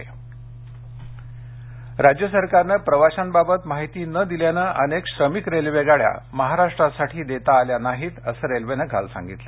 railway वाद राज्य सरकारनं प्रवाशांबाबत माहिती न दिल्यानं अनेक श्रमिक रेल्वेगाड्या महाराष्ट्रासाठी देता आल्या नाहीत असं रेल्वेनं काल सांगितलं